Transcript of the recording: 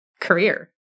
career